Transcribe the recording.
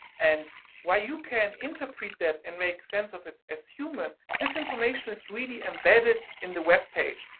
and while you can interpret that and make sense of it as humans, this information is really embedded in the web page.